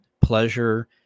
pleasure